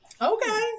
Okay